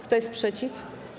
Kto jest przeciw?